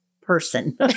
person